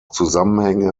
zusammenhänge